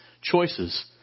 choices